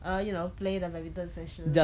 uh you know play the badminton session